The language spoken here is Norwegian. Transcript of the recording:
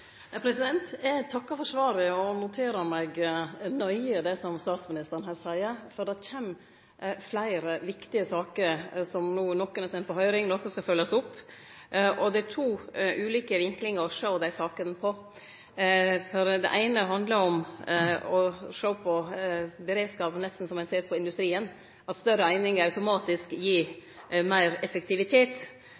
for svaret og noterer meg nøye det som statsministeren her seier, for det kjem fleire viktige saker – nokon er no sende på høyring, nokon skal følgjast opp. Det er to ulike vinklingar å sjå dei sakene på. Det eine handlar om å sjå på beredskap nesten som ein ser på industrien, at større einingar automatisk gir